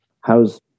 How's